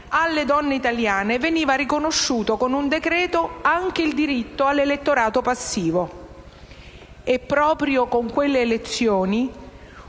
alle donne italiane venne riconosciuto, con un decreto, anche il diritto all'elettorato passivo. Proprio con quelle elezioni,